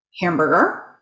hamburger